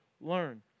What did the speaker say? learn